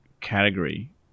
category